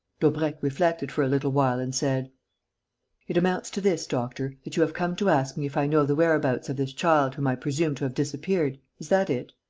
daubrecq reflected for a little while and said it amounts to this, doctor, that you have come to ask me if i know the whereabouts of this child whom i presume to have disappeared. is that it?